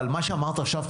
אבל מה שאמרת עכשיו,